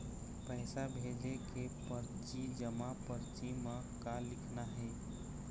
पैसा भेजे के परची जमा परची म का लिखना हे?